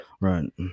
Right